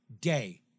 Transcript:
day